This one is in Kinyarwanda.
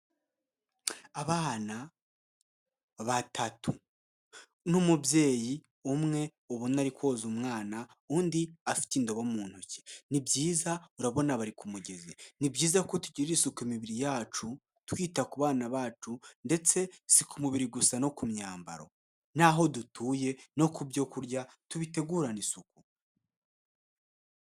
Abana batatu n'umubyeyi umwe ubona ari koza umwana undi afite indobo mu ntoki nibyiza urabona bari ku mugezi, ni byiza yuko tugira isuku imibiri yacu twita ku bana bacu ndetse si ku mubiri gusa no ku myambaro n'aho dutuye no ku byo kurya tubitegurane isuku.